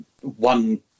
one